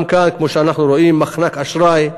גם כאן, כמו שאנחנו רואים, מחנק אשראי,